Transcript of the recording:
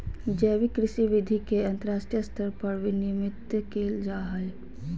जैविक कृषि विधि के अंतरराष्ट्रीय स्तर पर विनियमित कैल जा हइ